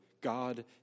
God